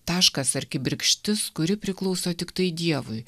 taškas ar kibirkštis kuri priklauso tiktai dievui